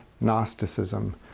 Gnosticism